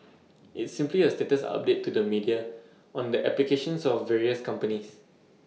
it's simply A status update to the media on the applications of various companies